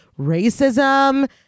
racism